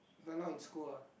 if I'm not in school ah